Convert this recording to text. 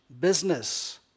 business